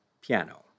Piano